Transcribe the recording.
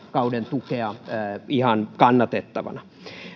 tukea ihan kannatettavana